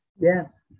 Yes